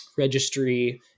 Registry